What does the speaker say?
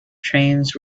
trains